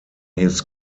his